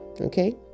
okay